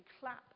clap